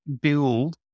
build